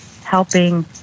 helping